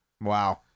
Wow